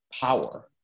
power